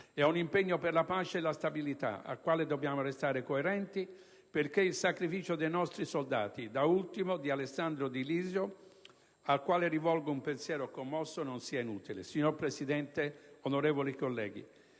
È un impegno per la pace e la stabilità al quale dobbiamo restare coerenti perché il sacrificio dei nostri soldati, da ultimo di Alessandro Di Lisio, al quale rivolgo un pensiero commosso, non sia inutile. Signor Presidente, onorevoli colleghi,